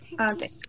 okay